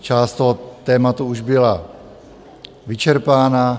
Část toho tématu už byla vyčerpána.